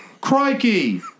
Crikey